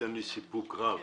שנותן לי סיפוק רב,